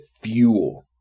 fuel